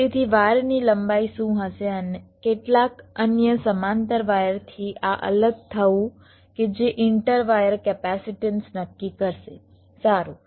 તેથી વાયરની લંબાઈ શું હશે અને કેટલાક અન્ય સમાંતર વાયરથી આ અલગ થવું કે જે ઇન્ટર વાયર કેપેસિટન્સ નક્કી કરશે સારું